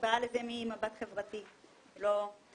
אני באה לזה ממבט חברתי ולא טכנולוגי.